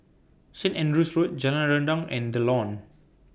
Saint Andrew's Road Jalan Rendang and The Lawn